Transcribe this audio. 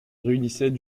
réunissait